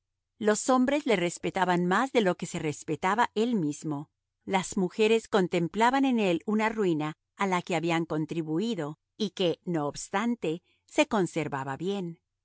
los hombres le respetaban más de lo que se respetaba él mismo las mujeres contemplaban en él una ruina a la que habían contribuido y que no obstante se conservaba bien